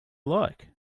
like